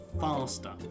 faster